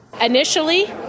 Initially